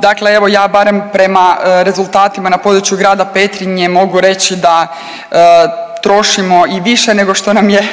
Dakle, evo ja barem prema rezultatima na području grada Petrinje mogu reći da trošimo i više nego što nam je